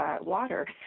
water